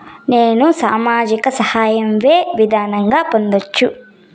నేను సామాజిక సహాయం వే విధంగా పొందొచ్చు?